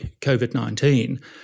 COVID-19